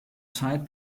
zeit